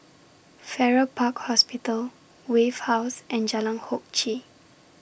Farrer Park Hospital Wave House and Jalan Hock Chye